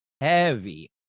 heavy